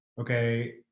okay